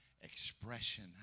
expression